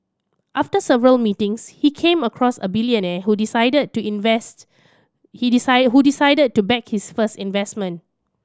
after several meetings he came across a billionaire who decided to invest he decided who decided to back his first investment